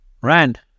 Rand